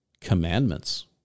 commandments